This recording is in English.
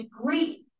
degree